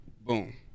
Boom